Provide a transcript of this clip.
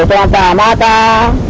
da um ah da